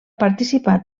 participar